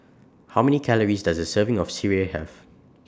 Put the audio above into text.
How Many Calories Does A Serving of Sireh Have